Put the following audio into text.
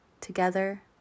together